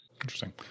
Interesting